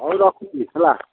ହଉ ରଖୁଛି ହେଲା